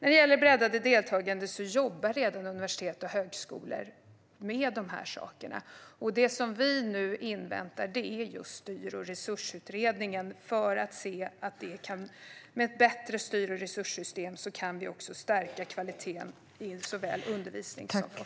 När det gäller ett breddat deltagande jobbar universitet och högskolor redan med de frågorna. Det vi just nu inväntar är Styr och resursutredningen, för med ett bättre styr och resurssystem kan vi också stärka kvaliteten inom såväl undervisning som forskning.